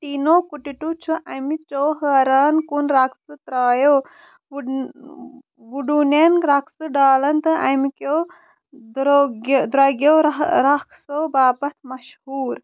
ٹیٖنوٗ کُٹِٹوٗ چھُ اَمہِ چو حٲران کُن رَقسہٕ ترٛایو وُڈوٗنٮ۪ن رَقسہٕ ڈالَن تہٕ اَمہِ کیو درٛوگہِ درٛوگیو رَہہٕ راكھسو باپَتھ مشہوٗر